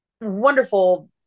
wonderful